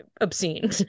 obscene